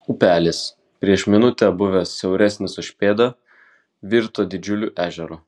upelis prieš minutę buvęs siauresnis už pėdą virto didžiuliu ežeru